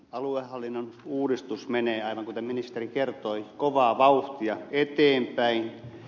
aluehallinnon uudistus menee aivan kuten ministeri kertoi kovaa vauhtia eteenpäin